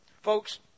Folks